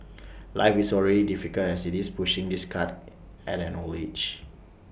life is already difficult as IT is pushing this cart at an old age